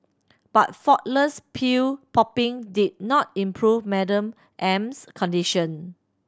but faultless pill popping did not improve Madam M's condition